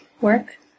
work